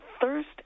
thirst